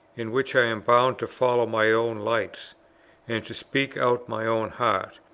in which i am bound to follow my own lights and to speak out my own heart.